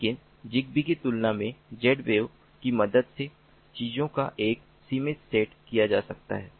लेकिन zigbee की तुलना में Zwave की मदद से चीजों का एक सीमित सेट किया जा सकता है